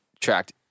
tracked